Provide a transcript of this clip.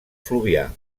fluvià